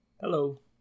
Hello